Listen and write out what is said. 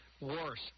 worse